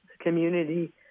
community